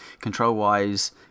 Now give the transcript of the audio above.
control-wise